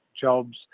jobs